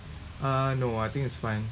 ah no I think it's fine